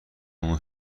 اون